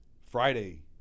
Friday